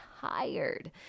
tired